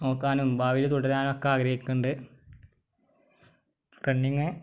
നോക്കാനും ഭാവിയിൽ തുടരാനും ഒക്കെ ആഗ്രഹിക്കുന്നുണ്ട് റണ്ണിംഗ്